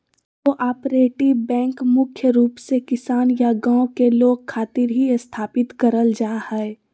cooperative bank मुख्य रूप से किसान या गांव के लोग खातिर ही स्थापित करल जा हय